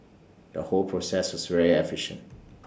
the whole process was very efficient